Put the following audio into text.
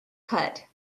cut